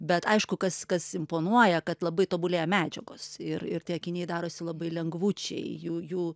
bet aišku kas kas imponuoja kad labai tobulėja medžiagos ir ir tie akiniai darosi labai lengvučiai jų